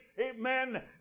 Amen